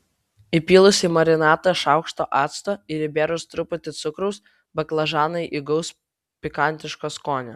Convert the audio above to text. įpylus į marinatą šaukštą acto ir įbėrus truputį cukraus baklažanai įgaus pikantiško skonio